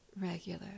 regular